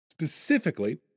Specifically